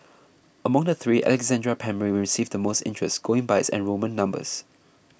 among the three Alexandra Primary received the most interest going by its enrolment numbers